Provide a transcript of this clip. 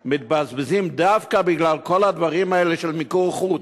מתבזבזים דווקא בגלל כל הדברים האלה של מיקור חוץ.